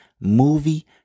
movie